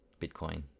bitcoin